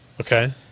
Okay